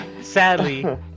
Sadly